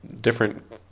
different